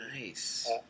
Nice